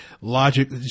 logic